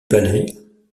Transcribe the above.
palais